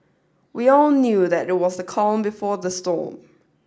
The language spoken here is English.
we all knew that it was the calm before the storm